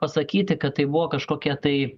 pasakyti kad tai buvo kažkokie tai